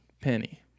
Penny